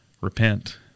repent